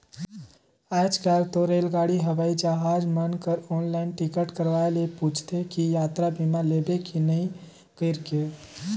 आयज कायल तो रेलगाड़ी हवई जहाज मन कर आनलाईन टिकट करवाये ले पूंछते कि यातरा बीमा लेबे की नही कइरके